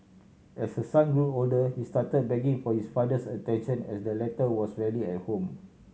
as her son grew older he started begging for its father's attention as the latter was rarely at home